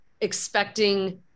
expecting